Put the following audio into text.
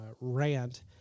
rant